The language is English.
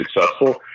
successful